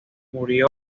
murió